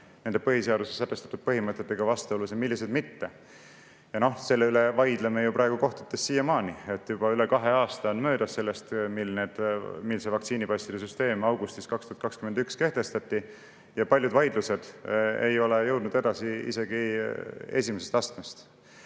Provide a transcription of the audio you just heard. nende põhiseaduses sätestatud põhimõtetega vastuolus ja millised mitte. Selle üle vaidleme kohtutes siiamaani. Juba üle kahe aasta on möödas sellest, mil vaktsiinipasside süsteem augustis 2021 kehtestati, ja paljud vaidlused ei ole jõudnud edasi isegi esimesest astmest.